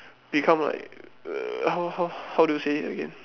become like err how how how do you say it again